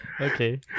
Okay